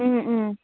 ꯎꯝ ꯎꯝ